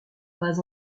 pas